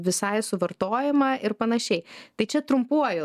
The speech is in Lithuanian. visai suvartojama ir panašiai tai čia trumpuoju